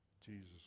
Jesus